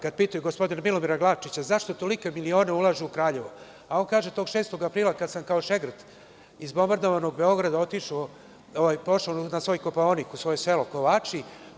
Kada pitaju gospodina Milomira Glavčića zašto tolike milione ulaže u Kraljevo, a on kaže – tog 6. aprila kada sam kao šegrt iz bombardovanog Beograda otišao na svoj Kopaonik, u svoje selo Kovači.